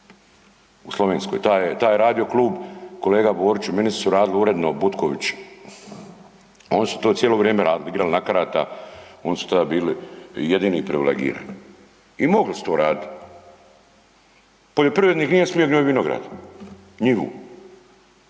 u Slovenskoj, taj je radio klub kolega Boriću ministri su radili uredno Butković, oni su to cijelo vrijeme radili igrali na karta, oni su tada bili jedini privilegirani i mogli su to raditi. Poljoprivrednik nije smio u vinograd, njivu.